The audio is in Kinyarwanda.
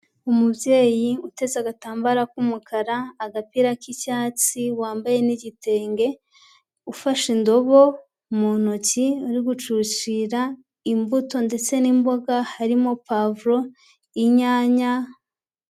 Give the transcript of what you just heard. Umubyeyi uteze agatambara k'umukara, agapira k'icyatsi wambaye n'igitenge, ufashe indobo mu ntoki uri gucushira imbuto ndetse n'imboga harimo pavuro, inyanya...